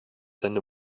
seine